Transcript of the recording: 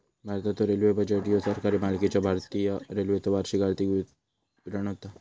भारताचो railway budget ह्यो सरकारी मालकीच्यो भारतीय रेल्वेचो वार्षिक आर्थिक विवरण होता